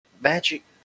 magic